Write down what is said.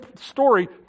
story